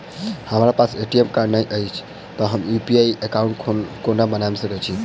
हमरा पास ATM card नहि अछि तए हम यु.पी.आई एकॉउन्ट कोना बना सकैत छी